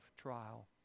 trial